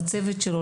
לצוות שלו,